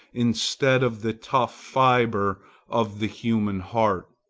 instead of the tough fibre of the human heart.